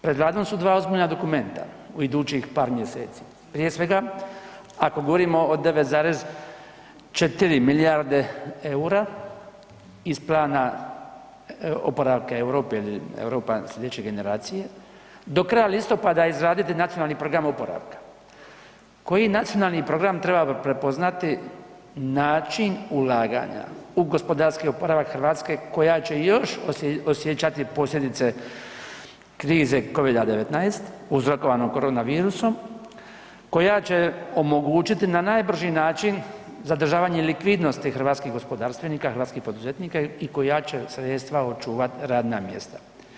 Pred Vladom su dva ozbiljna dokumenta u idućih par mjeseci, prije svega ako govorimo o 9,4 milijarde eura iz plana oporavka Europe ili Europa slijedeće generacije, do kraja listopada izraditi nacionalni plan oporavka koji nacionalni program treba prepoznati način ulaganja u gospodarski oporavak Hrvatske koja će još osjećati posljedice krize COVID-a 19 uzrokovanog korona virusom, koja će omogućiti na najbrži način zadržavanje likvidnosti hrvatskih gospodarstvenika, hrvatskih poduzetnika i koja će se sredstva očuvat radna mjesta.